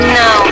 no